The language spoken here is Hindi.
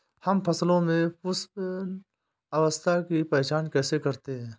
हम फसलों में पुष्पन अवस्था की पहचान कैसे करते हैं?